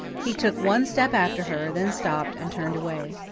he took one step after her, then stopped and turned away,